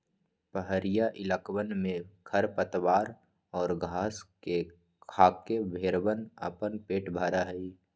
पहड़ीया इलाकवन में खरपतवार और घास के खाके भेंड़वन अपन पेट भरा हई